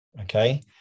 okay